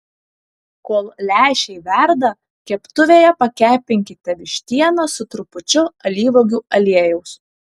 kol lęšiai verda keptuvėje pakepinkite vištieną su trupučiu alyvuogių aliejaus